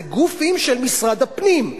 זה גופים של משרד הפנים.